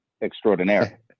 extraordinaire